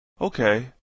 Okay